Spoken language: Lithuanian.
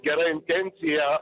gera intencija